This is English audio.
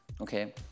okay